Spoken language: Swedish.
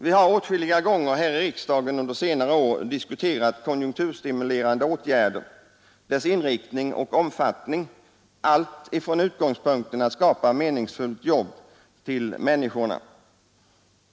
Vi har åtskilliga gånger här i riksdagen under senare år diskuterat konjunkturstimulerande åtgärder, deras inriktning och omfattning — allt från utgångspunkten att skapa meningsfullt jobb till människorna.